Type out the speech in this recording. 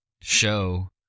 show